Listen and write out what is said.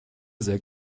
sehr